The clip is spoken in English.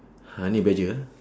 honey badger ah